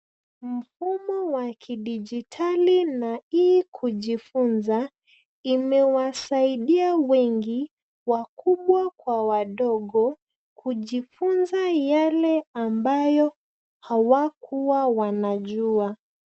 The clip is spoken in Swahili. Mfumo wa kidijitali na e-kujifunza imewasaidia wengi, wakubwa kwa wadogo kujifunza yale ambayo hawakuwa wanajua.